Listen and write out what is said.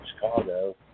Chicago